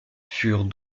furent